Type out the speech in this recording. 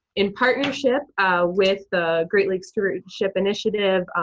in partnership with the great lakes stewardship initiative,